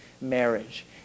marriage